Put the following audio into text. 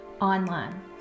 online